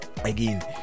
Again